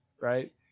right